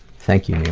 thank you,